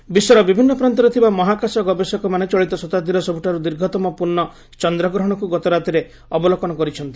lunar eclipse ବିଶ୍ୱର ବିଭିନ୍ନ ପ୍ରାନ୍ତରେ ଥିବା ମହାକାଶ ଗବେଷକମାନେ ଚଳିତ ଶତାବ୍ଦୀର ସବୁଠାରୁ ଦୀର୍ଘତମ ପୂର୍ଣ୍ଣ ଚନ୍ଦ୍ରଗ୍ରହଣକୁ ଗତ ରାତିରେ ଅବଲୋକନ କରିଛନ୍ତି